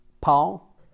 Paul